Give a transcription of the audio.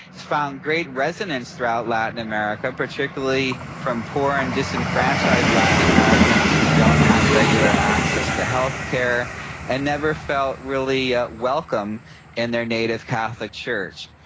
found great residence throughout latin america, particularly from poor and disenfranchised latin americans who don't have regular access to healthcare and never felt really ah welcome in and their native catholic church.